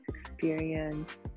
experience